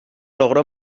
logró